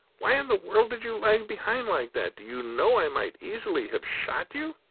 why in the world did you lag behind like that? do you know i might easily have shot you?